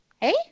Hey